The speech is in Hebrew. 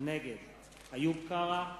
נגד איוב קרא,